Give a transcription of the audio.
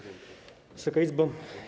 Wysoka Izbo!